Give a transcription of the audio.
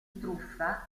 truffa